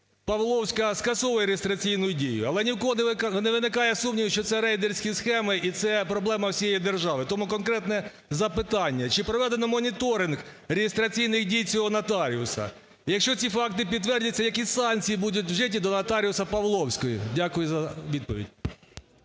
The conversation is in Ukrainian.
Павловська скасовує реєстраційну дію. Але ні в кого не виникає сумніву, що це рейдерські схеми і це проблема всієї держави. Тому конкретне запитання. Чи проведено моніторинг реєстраційної дії цього нотаріуса? Якщо ці факти підтвердяться, які санкції будуть вжиті до нотаріуса Павловської? Дякую за відповідь.